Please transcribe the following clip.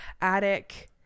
attic